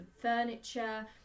furniture